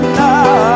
now